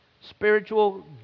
Spiritual